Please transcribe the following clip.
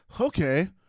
Okay